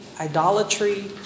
idolatry